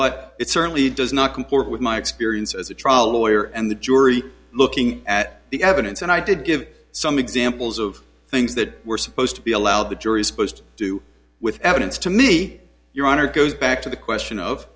but it certainly does not comport with my experience as a trial lawyer and the jury looking at the evidence and i did give some examples of things that were supposed to be allowed the jury is supposed to do with evidence to me your honor goes back to the question of